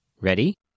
Ready